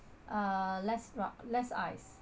uh less less ice